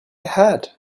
had